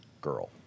girl